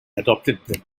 adopted